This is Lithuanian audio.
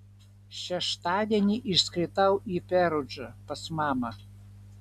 šeštadienį išskridau į perudžą pas mamą